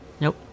Nope